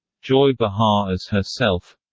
joy behar as herself